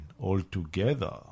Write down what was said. altogether